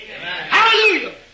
Hallelujah